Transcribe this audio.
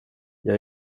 jag